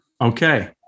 okay